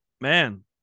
Man